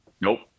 Nope